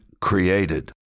created